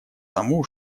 тому